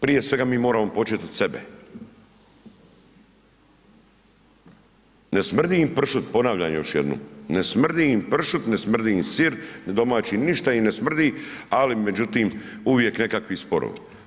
Prije svega mi moramo početi od sebe, ne smrdi im pršut ponavljam još jednom, ne smrdi im pršut, ne smrdi im sir domaći, ništa im ne smrdi, ali međutim uvijek nekakvi sporovi.